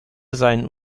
seinen